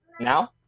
now